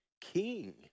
king